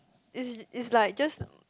is is like just